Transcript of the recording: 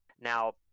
Now